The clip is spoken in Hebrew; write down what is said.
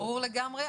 ברור לגמרי.